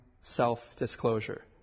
self-disclosure